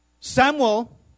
Samuel